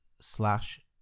slash